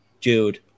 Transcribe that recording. dude